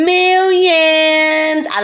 millions